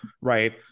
right